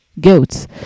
goats